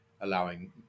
allowing